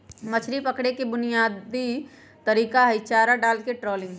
मछरी पकड़े के बुनयादी तरीका हई चारा डालके ट्रॉलिंग